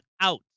out